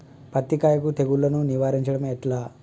పత్తి కాయకు తెగుళ్లను నివారించడం ఎట్లా?